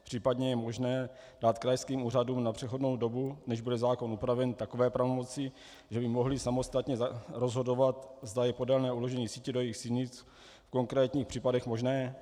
Případně je možné dát krajským úřadům na přechodnou dobu, než bude zákon upraven, takové pravomoci, že by mohly samostatně rozhodovat, zda je podélné uložení sítě do jejich silnic v konkrétních případech možné?